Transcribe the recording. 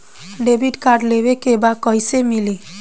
Debit card लेवे के बा कईसे मिली?